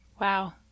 Wow